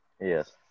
Yes